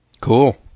Cool